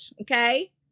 Okay